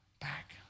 back